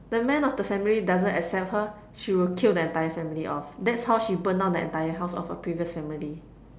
the man of the family doesn't accept her she will kill the entire family off that's how she burn down the entire house of her previous family